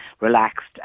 relaxed